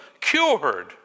cured